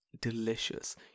delicious